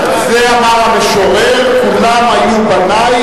על זה אמר המשורר: כולם היו בני,